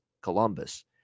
Columbus